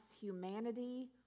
humanity